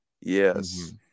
Yes